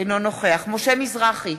אינו נוכח משה מזרחי,